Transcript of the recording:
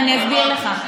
אני אסביר לך,